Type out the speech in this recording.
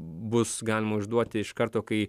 bus galima išduoti iš karto kai